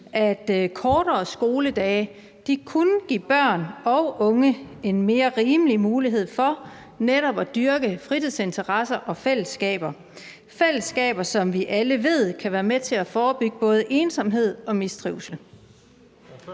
at kortere skoledage kunne give børn og unge en mere rimelig mulighed for netop at dyrke fritidsinteresser og fællesskaber – fællesskaber, som vi alle ved kan være med til at forebygge både ensomhed og mistrivsel.